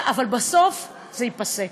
אבל בסוף זה ייפסק,